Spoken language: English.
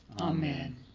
Amen